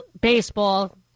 baseball